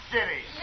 City